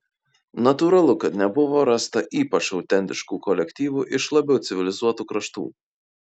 natūralu kad nebuvo rasta ypač autentiškų kolektyvų iš labiau civilizuotų kraštų